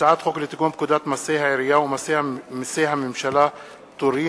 הצעת חוק לתיקון פקודת מסי העירייה ומסי הממשלה (פטורין)